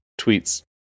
tweets